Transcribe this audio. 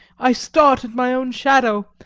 i start at my own shadow,